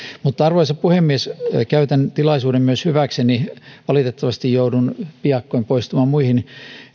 mutta arvoisa puhemies käytän tilaisuuden myös hyväkseni valitettavasti joudun piakkoin poistumaan muihin